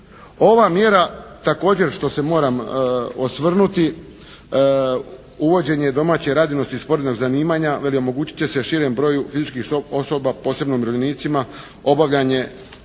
Ova mjera što se također moram osvrnuti, uvođenje domaće radinosti i sporednog zanimanja, veli omogućit će se širem broju fizičkih osoba posebno umirovljenicima obavljanje